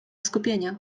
skupienia